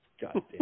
Goddamn